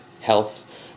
health